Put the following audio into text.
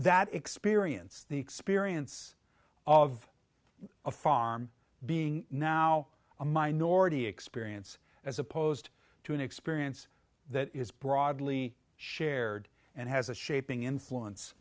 that experience the experience of a farm being now a minority experience as opposed to an experience that is broadly shared and has a shaping influence